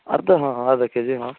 ಅರ್ಧ ಹಾಂ ಅರ್ಧ ಕೆಜಿನಾ